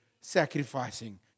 sacrificing